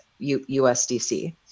USDC